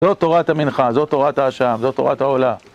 זאת תורת המנחה, זאת תורת האשם, זאת תורת העולה.